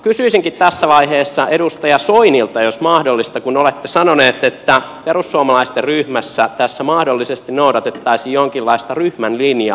kysyisinkin tässä vaiheessa edustaja soinilta jos mahdollista kun olette sanonut että perussuomalaisten ryhmässä tässä mahdollisesti noudatettaisiin jonkinlaista ryhmän linjaa